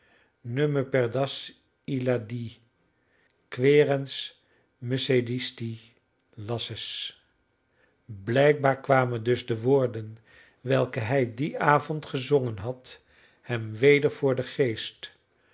pie ne me perdas illa die quaerens me sedisti lassus blijkbaar kwamen dus de woorden welke hij dien avond gezongen had hem weder voor den geest woorden